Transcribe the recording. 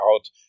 out